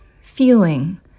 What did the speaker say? feeling